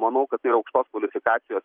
manau kad tai yra aukštos kvalifikacijos